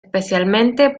especialmente